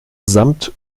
samt